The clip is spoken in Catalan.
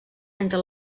entre